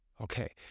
Okay